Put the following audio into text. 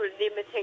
limiting